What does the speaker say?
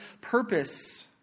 purpose